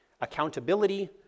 accountability